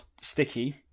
sticky